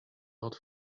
hot